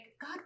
God